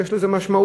יש לזה משמעות,